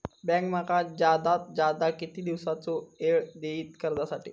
Bank माका जादात जादा किती दिवसाचो येळ देयीत कर्जासाठी?